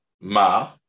Ma